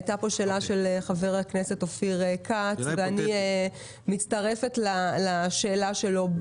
הייתה פה שאלה של חבר הכנסת אופיר כץ ואני מצטרפת לשאלה שלו.